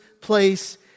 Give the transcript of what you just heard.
place